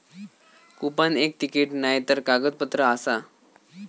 coupon एक ticket नायतर कागदपत्र आसा